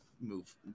move